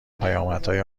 پیامدهای